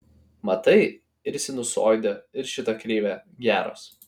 matai ir sinusoidė ir šita kreivė geros